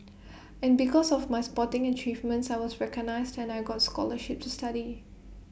and because of my sporting achievements I was recognised and I got scholarships to study